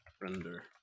render